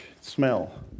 Smell